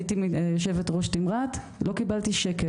הייתי יושבת ראש תמרת, לא קיבלתי שקל.